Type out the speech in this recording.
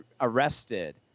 arrested